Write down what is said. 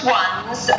ones